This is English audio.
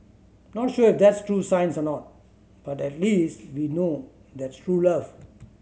not sure if that's true science or not but at least we know that's true love